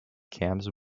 cams